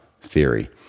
theory